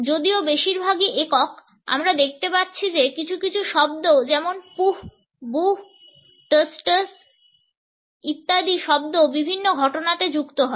যদিও বেশিরভাগই একক আমরা দেখতে পাচ্ছি যে কিছু কিছু শব্দ যেমন pooh booh tz tz ইত্যাদি শব্দ বিভিন্ন ঘটনাতে যুক্ত হয়